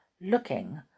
looking